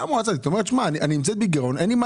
באה מועצה דתית ואומרת שהיא בגירעון ואין לה מה